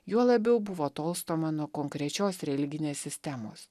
juo labiau buvo tolstama nuo konkrečios religinės sistemos